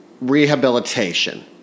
rehabilitation